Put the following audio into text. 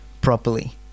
properly